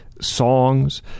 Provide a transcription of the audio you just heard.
songs